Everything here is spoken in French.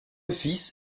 fils